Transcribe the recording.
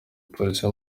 polisi